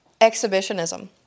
Exhibitionism